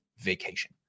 vacation